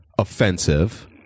offensive